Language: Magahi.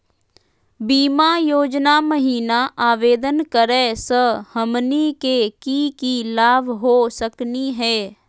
बीमा योजना महिना आवेदन करै स हमनी के की की लाभ हो सकनी हे?